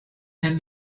and